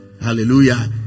Hallelujah